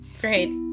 Great